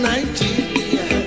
Nigeria